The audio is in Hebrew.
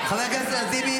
בהפקות מקור ויצירה ישראלית.